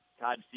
Todd